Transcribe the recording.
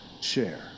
Share